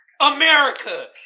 America